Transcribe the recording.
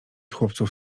chłopców